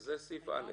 זה סעיף (א).